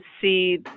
see